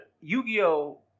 Yu-Gi-Oh